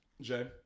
Jay